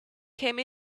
came